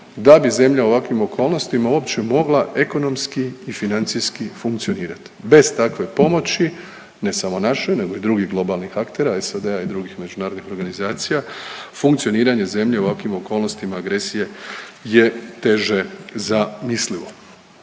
da bi zemlja u ovakvim okolnostima uopće mogla ekonomski i financijski funkcionirati, bez takve pomoći, ne samo naše nego i drugih globalnih aktera, SAD-a i drugih međunarodnih organizacija, funkcioniranje zemlje u ovakvim okolnostima agresije je teže zamislivo,